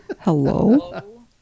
Hello